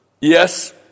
yes